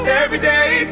everyday